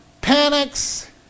panics